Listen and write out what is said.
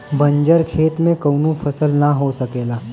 बंजर खेत में कउनो फसल ना हो सकेला